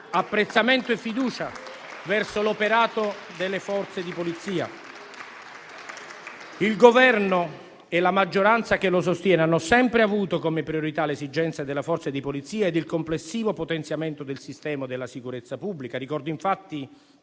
apprezzamento e fiducia verso l'operato delle Forze di polizia. Il Governo e la maggioranza che lo sostiene hanno sempre avuto come priorità le esigenze delle Forze di polizia ed il complessivo potenziamento del sistema della sicurezza pubblica. Ricordo infatti,